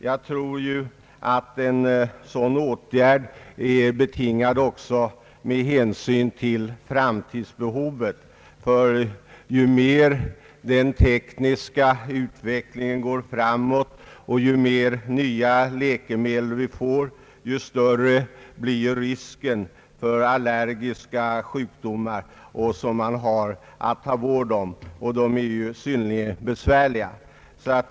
Jag tror att en sådan åtgärd är motiverad också med hänsyn till framtidsbehovet — ju mer den tekniska utvecklingen går framåt och ju fler nya läkemedel vi får, desto större blir risken för allergiska sjukdomar som kräver vård och som är synnerligen besvärliga.